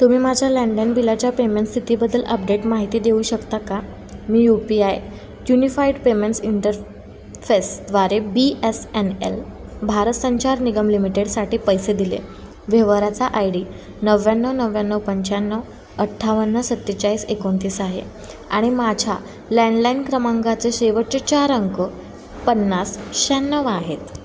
तुम्ही माझ्या लँडलाईन बिलाच्या पेमेंट स्थितीबद्दल अपडेट माहिती देऊ शकता का मी U P I unified payments इंटर फेसद्वारे B S N L Bharat Sanchar Nigam लिमिटेडसाठी पैसे दिले व्यवहाराचा आय डी नव्याण्णव नव्याण्णव पंच्याण्णव अठ्ठावन्न सत्तेचाळीस एकोणतीस आहे आणि माझ्या लँडलाईन क्रमांकाचे शेवटचे चार अंक पन्नास शहाण्णव आहेत